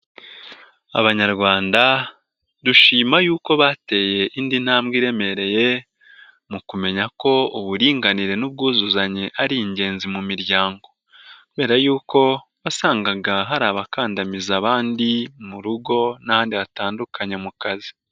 Abanyarwanda dushima yuko bateye indi ntambwe iremereye mu kumenya ko uburinganire n'ubwuzuzanye ari ingenzi mu miryango, kubera y'uko wasangaga hari abakandamiza abandi mu rugo n'ahandi hatandukanye mu kazi.